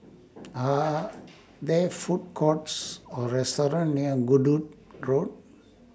Are There Food Courts Or restaurants near Goodwood Road